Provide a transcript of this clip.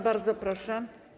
Bardzo proszę.